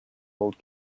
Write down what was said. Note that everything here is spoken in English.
old